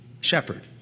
shepherd